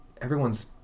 everyone's